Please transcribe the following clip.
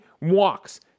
walks